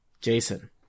Jason